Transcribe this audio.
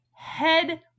Head